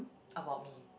about me